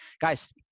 guys